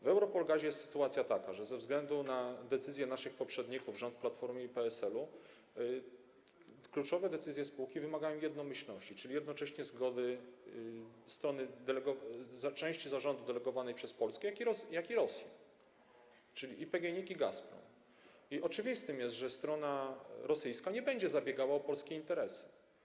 W EuRoPol Gazie jest sytuacja taka, że ze względu na decyzję naszych poprzedników, rządu Platformy i PSL-u, kluczowe decyzje spółki wymagają jednomyślności, czyli jednocześnie zgody części zarządu delegowanych przez Polskę i przez Rosję, czyli i PGNiG, i Gazprom, i oczywiste jest, że strona rosyjska nie będzie zabiegała o polskie interesy.